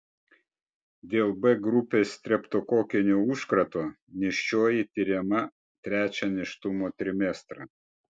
dėl b grupės streptokokinio užkrato nėščioji tiriama trečią nėštumo trimestrą